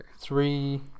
Three